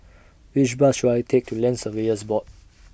Which Bus should I Take to Land Surveyors Board